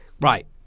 right